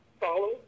follow